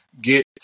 get